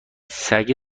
سگه